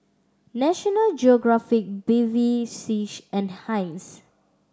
National Geographic Bevy C and Heinz